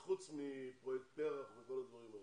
זה חוץ מפרויקט פר"ח וכל הדברים האלה,